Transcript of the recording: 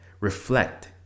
reflect